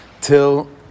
till